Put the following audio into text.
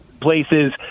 places